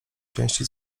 części